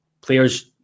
players